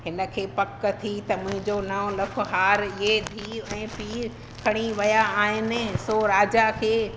हिन खे पक थी त मुंहिंजो नौ लख हार इहे धीउ ऐं पीउ खणी विया आहिनि सो राजा खे